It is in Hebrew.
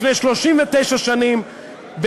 לפני 39 שנים,